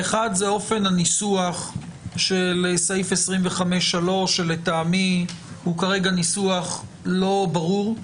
האחד הוא אופן הניסוח של סעיף 25(3) שלטעמי כרגע הוא ניסוח לא ברור,